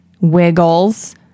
Wiggles